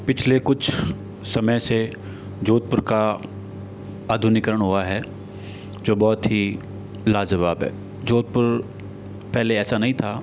पिछले कुछ समय से जोधपुर का आधुनिकरण हुआ है जो बहुत ही लाजवाब है जोधपुर पहले ऐसा नहीं था